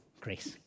grace